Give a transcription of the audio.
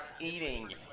eating